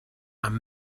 and